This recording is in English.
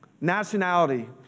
Nationality